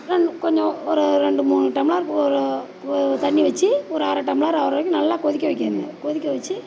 ரெண்டு கொஞ்சம் ஒரு ரெண்டு மூணு டம்ளருக்கு ஒரு ஒரு தண்ணி வச்சு ஒரு அரை டம்ளர் ஆகிற வரைக்கும் நல்லா கொதிக்க வைக்கணுங்க கொதிக்க வச்சு